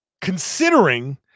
considering